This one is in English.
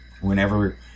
whenever